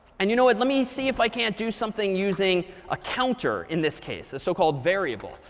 and you know and let me see if i can't do something using a counter in this case a so-called variable.